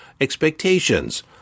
expectations